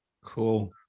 Cool